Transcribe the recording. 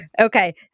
Okay